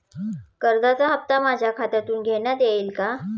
कर्जाचा हप्ता माझ्या खात्यातून घेण्यात येईल का?